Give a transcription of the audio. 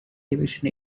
division